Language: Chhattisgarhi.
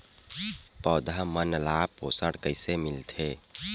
पौधा मन ला पोषण कइसे मिलथे?